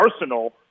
arsenal